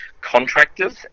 contractors